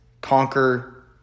conquer